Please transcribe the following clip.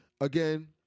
again